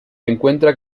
encuentra